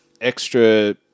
extra –